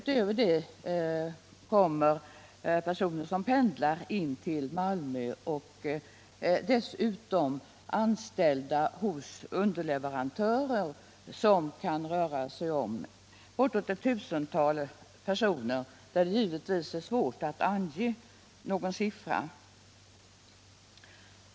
Till detta kommer personer som pendlar in till Malmö och dessutom anställda hos underleverantörer. Det kan röra sig om ett tusental personer, men det är givetvis svårt att ange en exakt siffra.